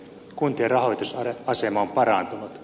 kuntien rahoitusasema on parantunut